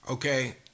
Okay